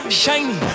shiny